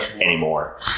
anymore